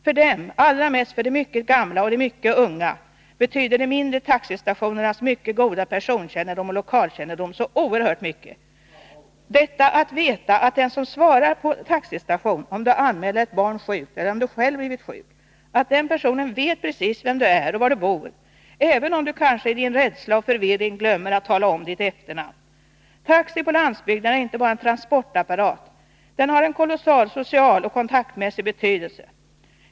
För dem, och allra mest för de mycket gamla och de mycket unga, betyder den goda personkännedom och lokalkännedom som personalen vid de mindre taxistationerna har så oerhört mycket. Du vet att den person som svarar på taxistationen, när du anmäler att ett barn är sjukt eller att du själv har blivit sjuk, vet precis vem du är och var du bor, även om du kanske i din rädsla och förvirring glömmer att tala om ditt efternamn. Taxi på landsbygden är inte bara en transportapparat utan har där en stor kontaktmässig och social betydelse.